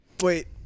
Wait